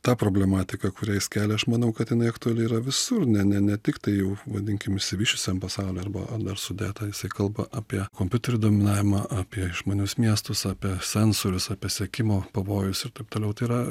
ta problematika kurią jis kelia aš manau kad jinai aktuali yra visur ne ne ne tiktai jau vadinkim išsivysčiusiam pasauliui arba dar sudėta jisai kalba apie kompiuterių dominavimą apie išmanius miestus apie sensorius apie sekimo pavojus ir taip toliau tai yra